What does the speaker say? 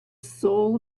soul